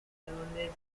surrounded